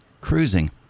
cruising